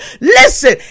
Listen